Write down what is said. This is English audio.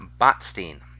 Botstein